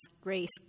grace